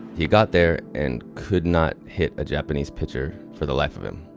he got there and could not hit a japanese pitcher for the life of him.